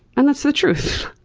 and that's the truth.